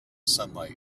sunlight